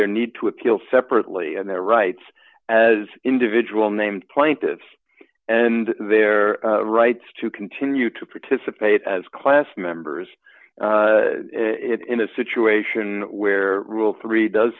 their need to appeal separately and their rights as individual named plaintiffs and their rights to continue to participate as class members in a situation where rule three does